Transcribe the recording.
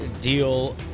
deal